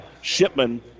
Shipman